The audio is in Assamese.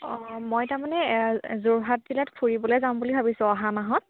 অঁ মই তাৰমানে যোৰহাট জিলাত ফুৰিবলৈ যাম বুলি ভাবিছোঁ অহা মাহত